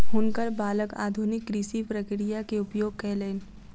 हुनकर बालक आधुनिक कृषि प्रक्रिया के उपयोग कयलैन